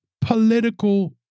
political